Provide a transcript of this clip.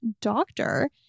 doctor